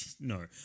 no